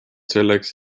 selleks